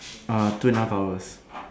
uh two and a half hours